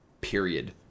period